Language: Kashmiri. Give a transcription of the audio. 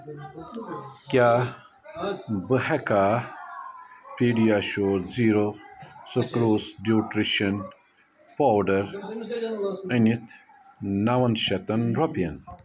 کیٛاہ بہٕ ہٮ۪کا PediaSure zero sucrose nutrition powder أنِتھ نَوَن شَتَن رۄپیَن